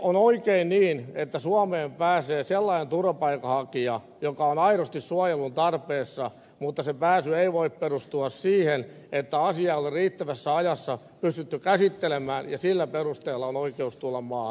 on oikein niin että suomeen pääsee sellainen turvapaikanhakija joka on aidosti suojelun tarpeessa mutta se pääsy ei voi perustua siihen että asiaa ei ole riittävässä ajassa pystytty käsittelemään ja sillä perusteella on oikeus tulla maahan